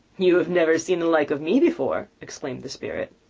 you have never seen the like of me before! exclaimed the spirit.